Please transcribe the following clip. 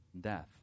death